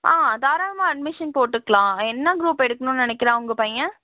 ஆ தாராளமாக அட்மிஷன் போட்டுக்கலாம் என்ன குரூப் எடுக்கணுன்னு நினைக்கிறான் உங்கள் பையன்